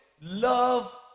Love